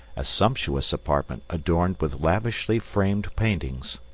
a sumptuous apartment adorned with lavishly-framed paintings.